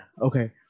okay